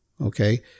okay